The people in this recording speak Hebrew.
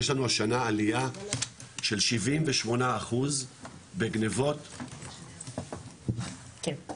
יש לנו השנה עלייה של 78% בגניבות --- כן,